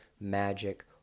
magic